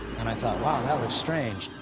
and i thought, wow, that looks strange.